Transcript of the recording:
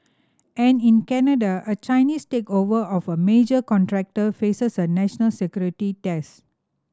and in Canada a Chinese takeover of a major contractor faces a national security test